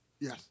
Yes